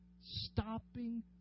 stopping